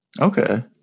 Okay